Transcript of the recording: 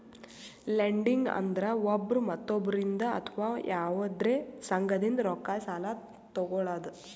lending ಅಂದ್ರ ಒಬ್ರ್ ಮತ್ತೊಬ್ಬರಿಂದ್ ಅಥವಾ ಯವಾದ್ರೆ ಸಂಘದಿಂದ್ ರೊಕ್ಕ ಸಾಲಾ ತೊಗಳದು